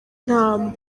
nta